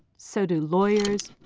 so do lawyers,